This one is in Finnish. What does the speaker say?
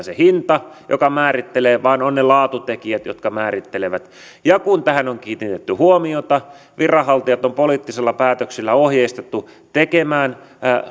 se hinta joka määrittelee vaan on ne laatutekijät jotka määrittelevät kun tähän on kiinnitetty huomiota viranhaltijat on poliittisilla päätöksillä ohjeistettu tekemään